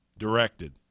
Directed